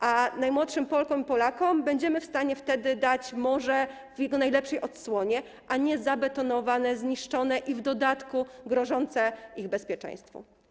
A najmłodszym Polkom i Polakom będziemy w stanie wtedy dać morze w jego najlepszej odsłonie, a nie zabetonowane, zniszczone i w dodatku grożące ich bezpieczeństwu.